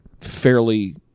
fairly